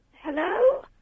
HELLO